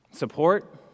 Support